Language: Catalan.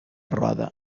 roda